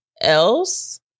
else